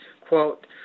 quote